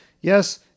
yes